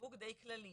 סיווג די כללי.